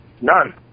None